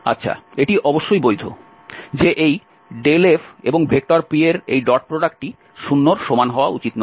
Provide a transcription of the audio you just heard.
আচ্ছা এটি অবশ্যই বৈধ যে এই ∇f এবং p এর এই ডট প্রোডাক্টটি 0 এর সমান হওয়া উচিত নয়